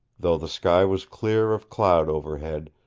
though the sky was clear of cloud overhead,